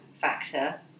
factor